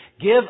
Give